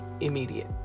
Immediate